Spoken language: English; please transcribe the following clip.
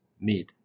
mid